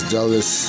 Dallas